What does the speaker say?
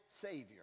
Savior